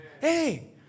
Hey